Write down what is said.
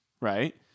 right